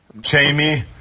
Jamie